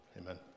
Amen